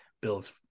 Builds